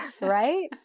Right